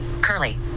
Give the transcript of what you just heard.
curly